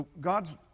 God's